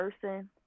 person